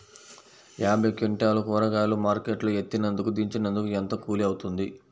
యాభై క్వింటాలు కూరగాయలు మార్కెట్ లో ఎత్తినందుకు, దించినందుకు ఏంత కూలి అవుతుంది?